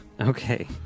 okay